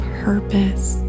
purpose